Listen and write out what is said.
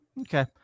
Okay